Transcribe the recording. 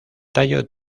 tallo